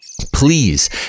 please